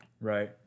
Right